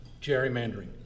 gerrymandering